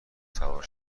سوار